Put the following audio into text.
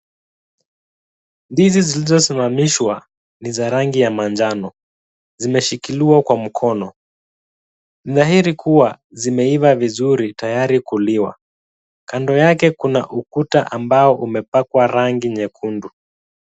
Ndizi zilizosimamishwa ni za rangi ya manjano. Zimeshikiliwa kwa mkono. Ni dhahiri kuwa zimeiva vizuri tayari kuliwa. Kando yake kuna ukuta ambao umepakwa rangi nyekundu.